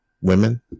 Women